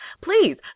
Please